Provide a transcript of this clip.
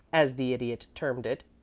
as the idiot termed it,